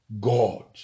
God